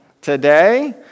today